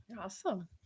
Awesome